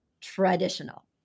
traditional